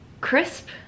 crisp